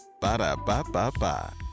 Ba-da-ba-ba-ba